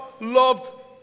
loved